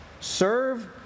Serve